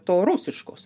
to rusiškos